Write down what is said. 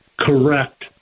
correct